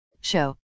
show